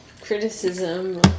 criticism